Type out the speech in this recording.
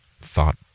Thought